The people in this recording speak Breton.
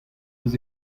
eus